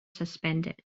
suspended